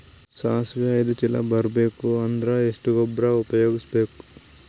ಸಾಸಿವಿ ಐದು ಚೀಲ ಬರುಬೇಕ ಅಂದ್ರ ಎಷ್ಟ ಗೊಬ್ಬರ ಉಪಯೋಗಿಸಿ ಬೇಕು?